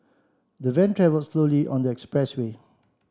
the van travelled slowly on the expressway